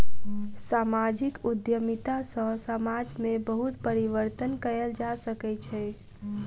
सामाजिक उद्यमिता सॅ समाज में बहुत परिवर्तन कयल जा सकै छै